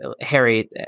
Harry